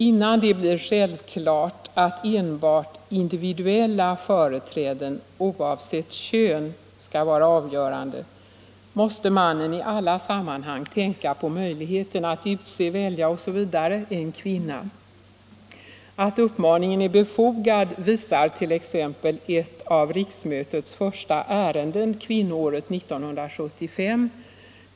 Innan det har blivit självklart att enbart individuella företräden, oavsett kön, skall vara avgörande måste mannen i alla sammanhang tänka på möjligheten att utse, välja osv. en kvinna. Att uppmaningen är befogad visar t.ex. ett av riksmötets första ärenden kvinnoåret 1975.